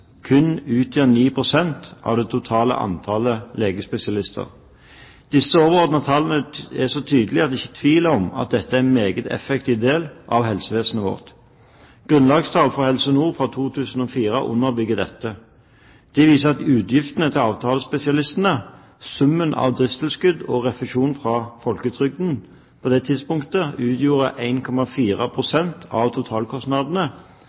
kun utgjør 9 pst. av det totale antall legespesialister. Disse overordnede tallene er så tydelige at det ikke er tvil om at dette er en meget effektiv del av helsevesenet vårt. Grunnlagstall for Helse Nord fra 2004 underbygger dette. De viser at utgiftene til avtalespesialistene – summen av driftstilskudd og refusjon fra folketrygden – på det tidspunktet utgjorde 1,4 pst. av totalkostnadene,